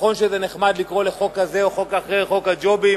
נכון שזה נחמד לקרוא לחוק כזה או חוק אחר חוק הג'ובים